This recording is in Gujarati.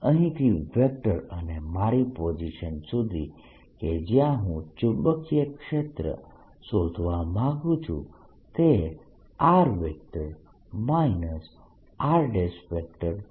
અહીંથી વેક્ટર અને મારી પોઝીશન સુધી કે જ્યાં હું ચુંબકીય ક્ષેત્ર શોધવા માંગું છું તે r r છે